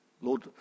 Lord